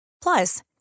Plus